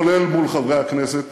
כולל מול חברי הכנסת